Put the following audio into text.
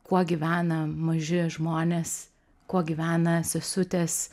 kuo gyvena maži žmonės kuo gyvena sesutės